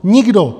Nikdo!